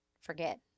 forget